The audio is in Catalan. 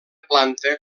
planta